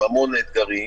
עם המון אתגרים.